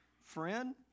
Friend